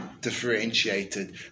differentiated